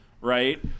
right